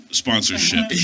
sponsorship